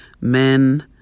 Men